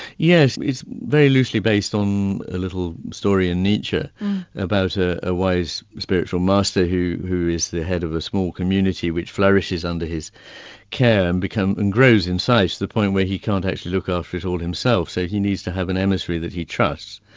yes, it's very loosely based on a little story in nietzsche about ah a wise spiritual master who who is the head of a small community which flourishes under his care and and grows in size to the point where he can't actually look after it all himself so he needs to have an emissary that he trusts.